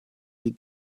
die